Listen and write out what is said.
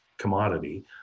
commodity